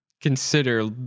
consider